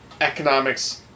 economics